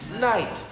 night